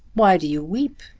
why do you weep?